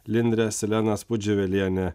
lindre silenaspudžiuvelienė